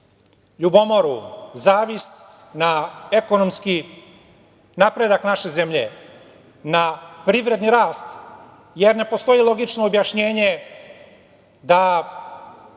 ljubomoru, zavist na ekonomski napredak naše zemlje, na privredni rast, jer ne postoji logično objašnjenje da